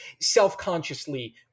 self-consciously